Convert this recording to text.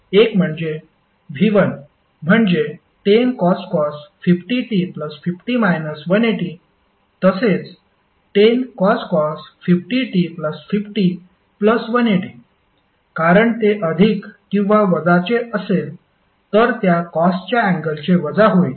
एक म्हणजे V1 म्हणजे 10cos 50t50 180 तसेच 10cos 50t50180 कारण ते अधिक किंवा वजाचे असेल तर त्या कॉसच्या अँगलचे वजा होईल